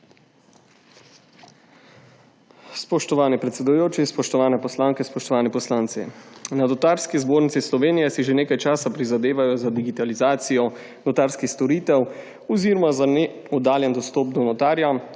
Spoštovani predsedujoči, spoštovane poslanke, spoštovani poslanci! Na Notarski zbornici Slovenije si že nekaj časa prizadevajo za digitalizacijo notarskih storitev oziroma za oddaljen dostop do notarja,